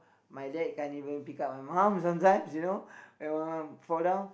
my dad can't even pick up my mom sometimes you know when my mom fall down